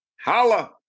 Holla